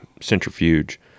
centrifuge